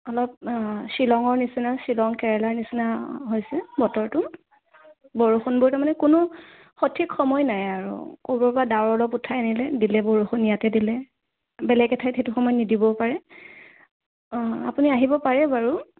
অলপ শ্বিলংৰ নিচিনা শ্বিলং কেৰেলাৰ নিচিনা হৈছে বতৰটো বৰষুণবোৰ তাৰমানে কোনো সঠিক সময় নাই আৰু ক'বাৰ পৰা ডাৱৰ অলপ উঠাই আনিলে দিলে বৰষুণ ইয়াতে দিলে বেলেগ এঠাইত সেইটো সময়ত নিদিবও পাৰে অ' আপুনি আহিব পাৰে বাৰু